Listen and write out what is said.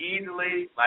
easily